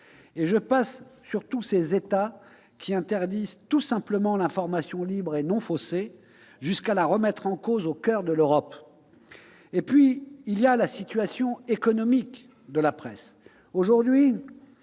Et je passe sur tous ces États qui interdisent tout simplement l'information libre et non faussée, jusqu'à la remettre en cause au coeur de l'Europe. En outre, il y a la situation économique de la presse.